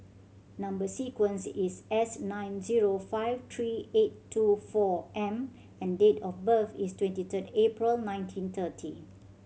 number sequence is S nine zero five three eight two four M and date of birth is twenty third April nineteen thirty